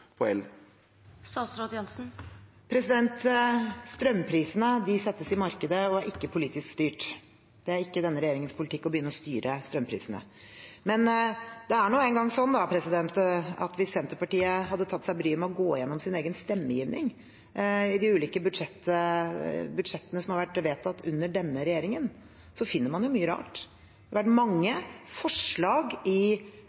Strømprisene settes i markedet og er ikke politisk styrt. Det er ikke denne regjeringens politikk å begynne å styre strømprisene. Men det er nå engang sånn at hvis Senterpartiet hadde tatt seg bryet med å gå gjennom sin egen stemmegivning i de ulike budsjettene som har vært vedtatt under denne regjeringen, hadde de funnet mye rart. Det har vært mange forslag under budsjettforhandlingene i